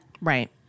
Right